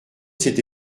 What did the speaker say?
cette